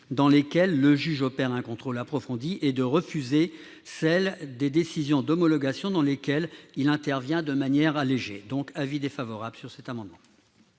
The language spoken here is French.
pour lesquelles le juge opère un contrôle approfondi, et de refuser celle des décisions d'homologation, dans lesquelles il intervient de manière allégée. La commission a donc émis un avis défavorable sur cet amendement.